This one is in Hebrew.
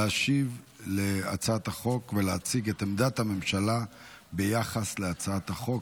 להשיב על הצעת החוק ולהציג את עמדת הממשלה ביחס להצעת החוק.